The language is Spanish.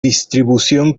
distribución